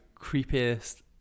creepiest